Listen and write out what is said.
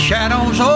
Shadows